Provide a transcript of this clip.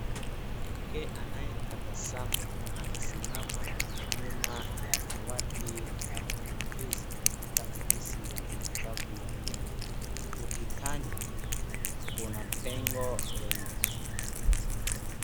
Mwanamke anayetabasamu anasimama nyuma ya dawati la mapokezi katika oisi ya matibabu ya meno ukutani kuna pengo lenye.